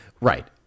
Right